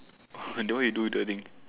then what you do with the thing